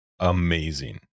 amazing